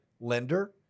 lender